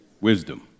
Wisdom